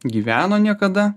gyveno niekada